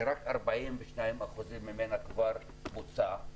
שרק 42% ממנה כבר בוצע,